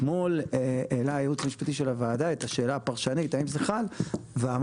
אתמול העלה הייעוץ המשפטי של הוועדה את השאלה הפרשנית האם זה חל ואמרנו,